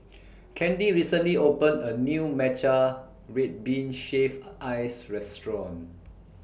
Candi recently opened A New Matcha Red Bean Shaved Ice Restaurant